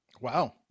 Wow